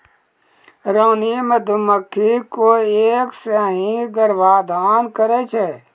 रानी मधुमक्खी कोय एक सें ही गर्भाधान करै छै